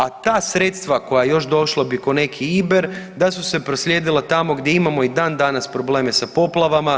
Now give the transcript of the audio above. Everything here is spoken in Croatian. A ta sredstva koja još došlo bi ko neki iber da su se proslijedila tamo gdje imamo i dan danas probleme sa poplavama.